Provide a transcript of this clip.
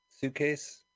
suitcase